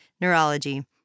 neurology